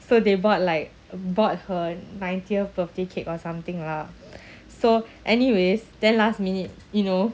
so they brought like bought her ninetieth birthday cake or something lah so anyways then last minute you know